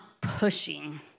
pushing